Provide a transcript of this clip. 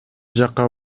жакка